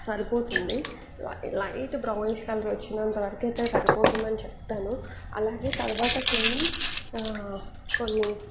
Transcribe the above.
సరిపోతుంది ల light brownish colour వచ్చినంత వరకు అయితే సరిపోతుందని చెప్తాను అలాగే తర్వాత కొన్ని కొన్ని